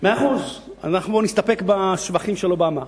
מאה אחוז, אנחנו יכולים להסתפק בשבחים של אובמה,